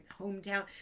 hometown